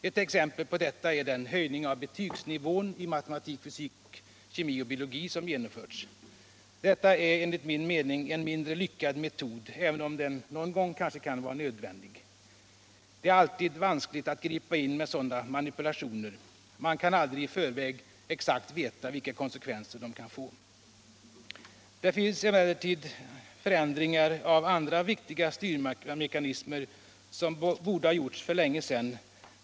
Ett exempel på detta är den höjning av betygsnivån i matematik, fysik, kemi och biologi som har genomförts. Detta är enligt min mening en mindre lyckad metod, även om den kanske någon gång kan vara nödvändig. Det är alltid vanskligt att gripa in med sådana manipulationer. Man kan aldrig i förväg veta vilka konsekvenser de kan få. Det finns emellertid andra viktiga styrmekanismer som borde ha förändrats för länge sedan.